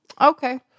okay